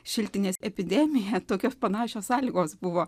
šiltinės epidemija tokios panašios sąlygos buvo